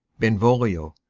benvolio,